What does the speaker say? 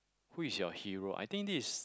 who is your hero I think this is